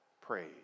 praise